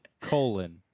Colon